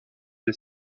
les